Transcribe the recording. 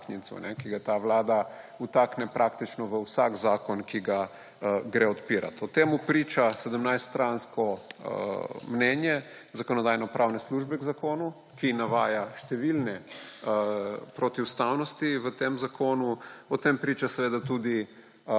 podtaknjencu, ki ga ta vlada vtakne praktično v vsak zakon, ki ga gre odpirat. O tem priča 17 strani dolgo mnenje Zakonodajno-pravne službe k zakonu, ki navaja številne protiustavnosti v tem zakonu. O tem priča seveda tudi